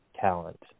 talent